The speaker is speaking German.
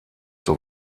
zur